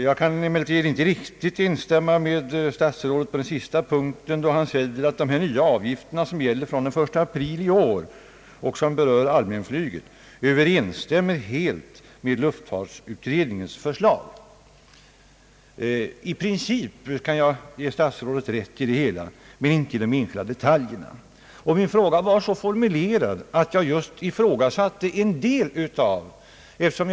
Jag kan emellertid inte riktigt instämma med statsrådet på den sista punkten, då han säger att de nya avgifter som gäller från den 1 april i år och som berör allmänflyget helt överensstämmer med luftfartsutredningens förslag. I princip kan jag ge statsrådet rätt i det hela men inte i de enskilda detaljerna. Och min fråga var så formulerad att jag just ifrågasatte en del av problemen.